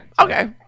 Okay